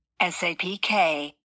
SAPK